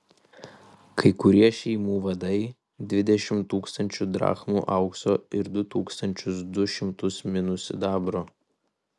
kai kurie šeimų vadai dvidešimt tūkstančių drachmų aukso ir du tūkstančius du šimtus minų sidabro